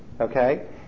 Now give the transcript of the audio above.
okay